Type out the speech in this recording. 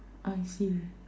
I see